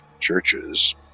churches